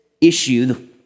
issue